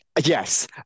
Yes